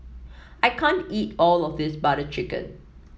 I can't eat all of this Butter Chicken